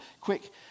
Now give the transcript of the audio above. quick